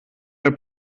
der